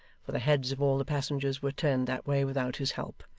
for the heads of all the passengers were turned that way without his help,